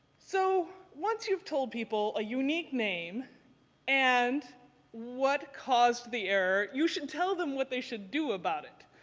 so once you've told people a unique name and what caused the error you should tell them what they should do about it.